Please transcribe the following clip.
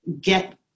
get